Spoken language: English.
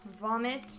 vomit